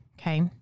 Okay